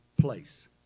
place